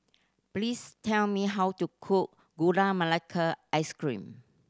please tell me how to cook Gula Melaka Ice Cream